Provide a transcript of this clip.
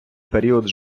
період